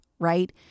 Right